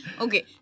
Okay